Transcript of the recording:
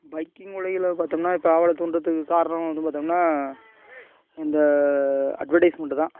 biking பார்த்தோம்னா இப்போ ஆவலை தூண்டுறதுக்கு காரணம் அப்படினு பார்த்தோம்னா இந்த அட்வடைஸ்மெண்ட்டு தான்